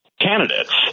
candidates